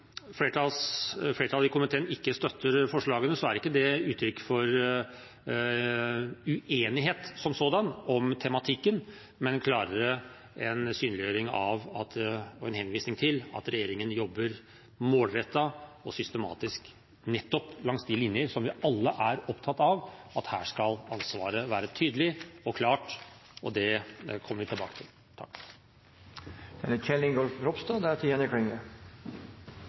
flertallet i komiteen ikke støtter forslagene, er ikke det uttrykk for en uenighet som sådan om tematikken, men heller en synliggjøring av og en henvisning til at regjeringen jobber målrettet og systematisk langs de linjer vi alle er opptatt av, nemlig at her skal ansvaret være tydelig og klart, og det kommer vi tilbake til.